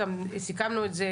גם סיכמנו את זה,